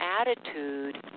attitude